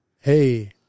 Hey